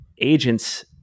agents